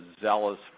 zealous